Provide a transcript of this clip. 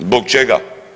Zbog čega?